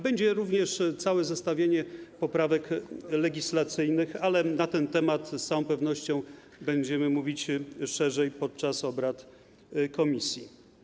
Będzie również całe zestawienie poprawek legislacyjnych, ale na ten temat z całą pewnością będziemy mówić szerzej podczas obrad komisji.